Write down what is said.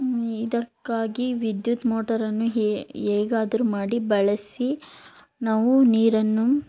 ಇದಕ್ಕಾಗಿ ವಿದ್ಯುತ್ ಮೋಟರನ್ನು ಹೇಗಾದರು ಮಾಡಿ ಬಳಸಿ ನಾವು ನೀರನ್ನು